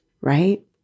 right